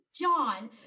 John